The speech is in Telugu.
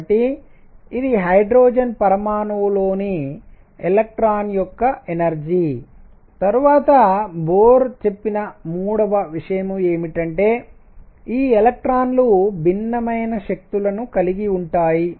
కాబట్టి ఇది హైడ్రోజన్ పరమాణువులోని ఎలక్ట్రాన్ యొక్క ఎనర్జీ మరియు తరువాత బోర్ చెప్పిన మూడవ విషయం ఏమిటంటే ఈ ఎలక్ట్రాన్లు భిన్నమైన శక్తులను కలిగి ఉంటాయి